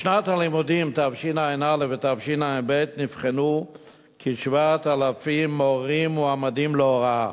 בשנת הלימודים תשע"א ותשע"ב נבחנו כ-7,000 מורים מועמדים להוראה.